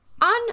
on